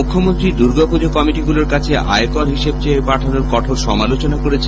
মুখ্যমন্ত্রী দুর্গাপুজো কমিটিগুলোর কাছে আয়কর হিসেব চেয়ে পাঠানোর কঠোর সমালোচনা করেছেন